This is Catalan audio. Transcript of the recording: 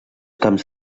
camps